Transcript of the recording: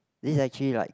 this actually like